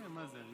אני